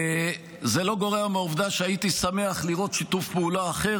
זה לא גורע מהעובדה שהייתי שמח לראות שיתוף פעולה אחר.